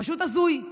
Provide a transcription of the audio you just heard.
פשוט הזוי.